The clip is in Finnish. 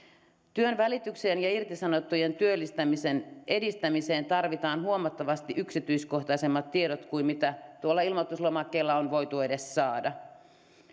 työnvälitykseen ja irtisanottujen työllistämisen edistämiseen tarvitaan huomattavasti yksityiskohtaisemmat tiedot kuin tuolla ilmoituslomakkeella on voitu edes saada